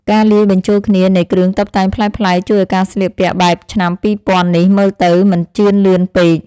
ការលាយបញ្ជូលគ្នានៃគ្រឿងតុបតែងប្លែកៗ ជួយឱ្យការស្លៀកពាក់បែបឆ្នាំពីរពាន់នេះមើលទៅមិនជឿនលឿនពេក។